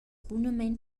bunamein